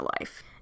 life